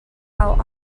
out